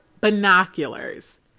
binoculars